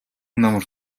намар